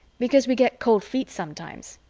because we get cold feet sometimes.